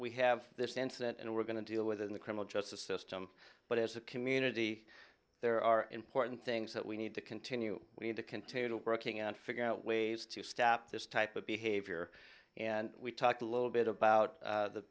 we have this incident and we're going to deal with it in the criminal justice system but as a community there are important things that we need to continue we need to continue to working on figure out ways to stop this type of behavior and we talked a little bit about